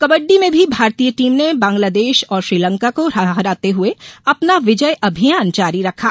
कबड्डी में भी भारतीय टीम ने बांगलादेश और श्रीलंका को हराते हुए अपना विजयी अभियान जारी रखा